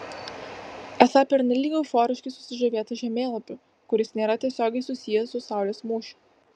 esą pernelyg euforiškai susižavėta žemėlapiu kuris nėra tiesiogiai susijęs su saulės mūšiu